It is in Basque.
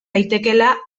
daitekeela